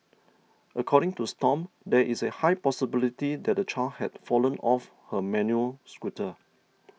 according to Stomp there is a high possibility that the child had fallen off her manual scooter